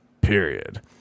period